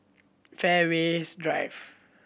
Fairways Drive